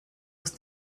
aus